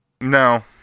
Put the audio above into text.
No